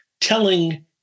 telling